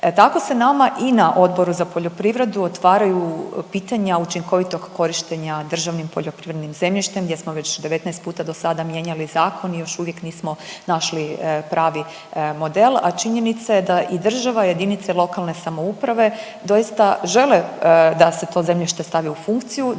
Tako se nama i na Odboru za poljoprivredu otvaraju pitanja učinkovitog korištenja državnim poljoprivrednim zemljištem, gdje smo već 19 puta do sada mijenjali zakon i još uvijek nismo našli pravi model, a činjenica je da i država i jedinice lokalne samouprave doista žele da se to zemljište stavi u funkciju,